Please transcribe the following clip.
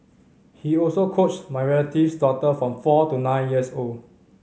he also coached my relative's daughter from four to nine years old